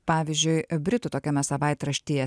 pavyzdžiui britų tokiame savaitraštyje